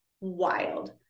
wild